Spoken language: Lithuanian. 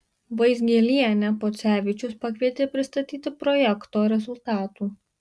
vaizgielienę podzevičius pakvietė pristatyti projekto rezultatų